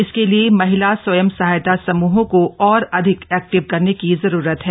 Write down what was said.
इसके लिए महिला स्वयं सहायता समूहों को और अधिक एक्टिव करने की जरूरत है